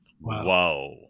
Wow